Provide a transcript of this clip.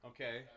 Okay